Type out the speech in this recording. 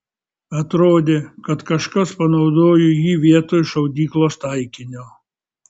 atrodė kad kažkas panaudojo jį vietoj šaudyklos taikinio